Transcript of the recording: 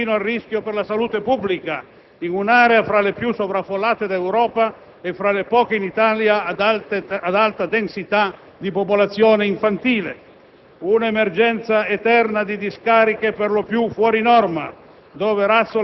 ed è appunto un'emergenza eterna di strade ingombre di rifiuti fino al rischio per la salute pubblica, in un'area fra le più sovraffollate di Europa e fra le poche d'Italia ad alta densità di popolazione infantile.